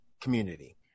community